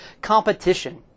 competition